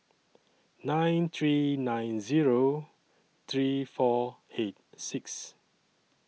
nine three nine Zero three four eight six